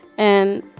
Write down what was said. and